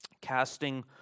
casting